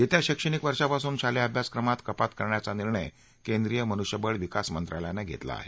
येत्या शैक्षणिक वर्षापासून शालेय अभ्यासक्रमात कपात करण्याचा निर्णय केंद्रीय मनुष्यबळ विकास मंत्रालयानं घेतला आहे